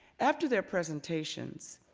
after their presentations,